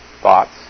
thoughts